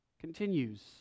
continues